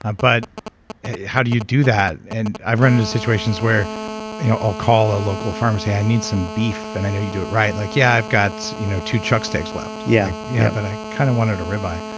ah but how do you do that? and i've run into situations where you know i'll call a local farm and say, i need some beef. and i know you it right. like yeah, i've got you know two chuck steaks left. yeah, yeah but i kind of wanted a rib eye.